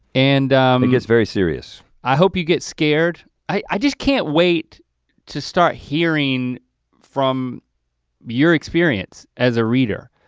and it gets very serious. i hope you get scared. i just can't wait to start hearing from your experience as a reader.